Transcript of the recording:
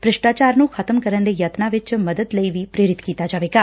ਭ੍ਰਿਸਟਾਚਾਰ ਨੂੰ ਖ਼ਤਮ ਕਰਨ ਦੇ ਯਤਨਾਂ ਵਿਚ ਮਦਦ ਲਈ ਪੇਰਿਤ ਕੀਤਾ ਜਾਵੇਗਾਂ